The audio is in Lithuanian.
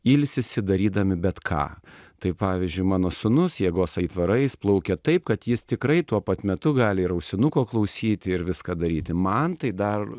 ilsisi darydami bet ką tai pavyzdžiui mano sūnus jėgos aitvarais plaukia taip kad jis tikrai tuo pat metu gali ir ausinuko klausyti ir viską daryti man tai dar